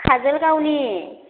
काजलगावनि